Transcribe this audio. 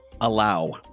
Allow